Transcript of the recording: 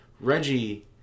Reggie